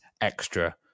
extra